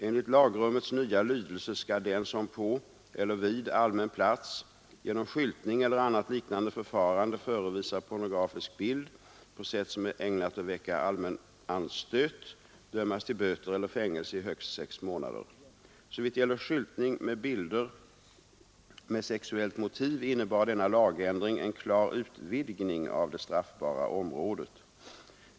Enligt lagrummets nya lydelse skall den som på eller vid allmän plats genom skyltning eller annat liknande förfarande förevisar pornografisk bild på sätt som är ägnat att väcka allmän anstöt dömas till böter eller fängelse i högst sex månader. Såvitt gäller skyltning med bilder med sexuellt motiv innebar denna lagändring en klar utvidgning av det straffbara området.